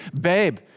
babe